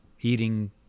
eating